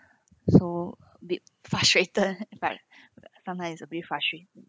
so a bit frustrated like uh sometimes is a bit frustrated